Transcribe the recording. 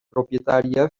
propietària